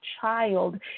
child